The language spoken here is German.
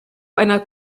einer